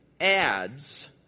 adds